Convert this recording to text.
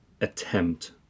attempt